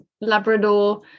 Labrador